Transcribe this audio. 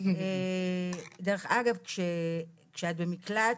דרך אגב כשאת במקלט,